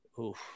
Oof